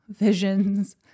visions